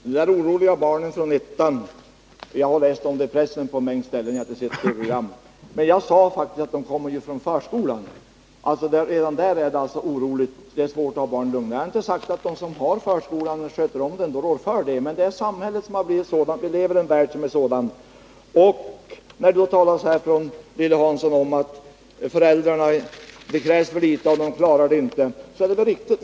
Herr talman! Lilly Hansson talade om att de oroliga barnen fanns i ettan — jag har läst om detta i pressen, men jag har inte sett det TV-program Lilly Hansson nämnde. Jag sade emellertid att de finns i förskolan. Redan där är barnen oroliga, och det är svårt att få dem lugna. Jag har inte sagt att de som sköter om barnen i förskolan rår för att det är problem, men samhället har blivit sådant och vi lever i en värld som har blivit sådan att vi har de problemen. Lilly Hansson talade också om kraven på föräldrarna och om att de inte klarade situationen, och det är riktigt.